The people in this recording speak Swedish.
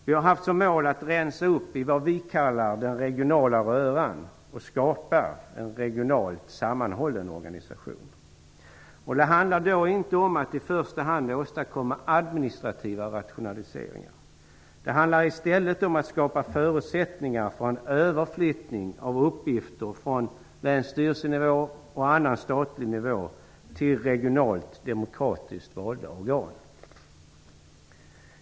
Vi har som mål haft att rensa upp i vad vi kallar den regionala röran och att skapa en regionalt sammanhållen organisation. Det handlar då inte om att i första hand åstadkomma administrativa rationaliseringar. Det handlar i stället om att skapa förutsättningar för en överflyttning av uppgifter från länsstyrelsenivå och annan statlig nivå till regionalt, demokratiskt valda organ.